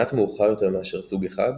מעט מאוחר יותר מאשר סוג 1,